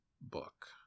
book